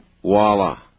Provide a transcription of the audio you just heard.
Voila